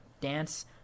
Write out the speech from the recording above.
dance